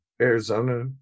arizona